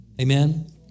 Amen